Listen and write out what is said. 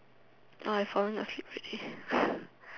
I falling asleep already